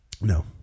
No